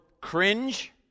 cringe